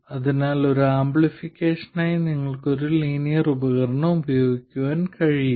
അതിനാൽ ആംപ്ലിഫിക്കേഷനായി നിങ്ങൾക്ക് ഒരു ലീനിയർ ഉപകരണം ഉപയോഗിക്കാൻ കഴിയില്ല